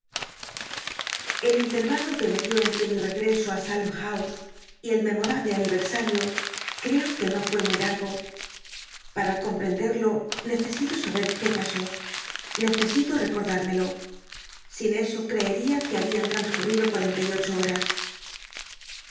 el in tervalo que llicdió en re mi regrc o j salem housc y el memorable aniversario creo que no rué muy largo pam comprendcdo necesito saber qué pasó necesito recordürmelo sin eso creeria c ne habían transcm ido cuarenta y oc ho horas